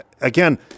again